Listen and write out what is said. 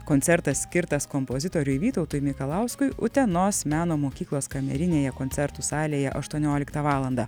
koncertas skirtas kompozitoriui vytautui mikalauskui utenos meno mokyklos kamerinėje koncertų salėje aštuonioliktą valandą